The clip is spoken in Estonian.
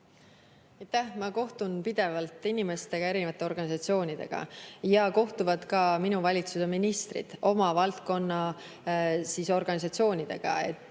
Ma kohtun pidevalt inimestega ja erinevate organisatsioonidega ning kohtuvad ka minu valitsuse ministrid oma valdkonna organisatsioonidega. See